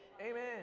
Amen